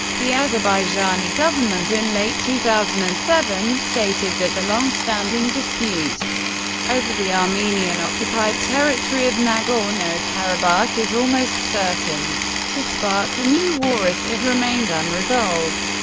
the azerbaijani government, in late two thousand and seven, stated that the long-standing dispute over the armenian-occupied territory of nagorno-karabakh is almost certain to spark a new war if it remains unresolved.